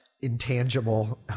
intangible